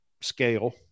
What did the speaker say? scale